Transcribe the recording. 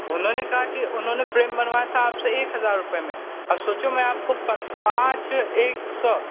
उन्होंने कहा कि उन्होंने फ्रेम बनवाया था आपसे एक हजार रुपये में अब सोचो मैं आपको पाँच पाँच एक सौ